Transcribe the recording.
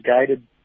guided